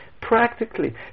practically